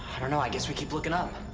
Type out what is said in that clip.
i don't know, i guess we keep looking up.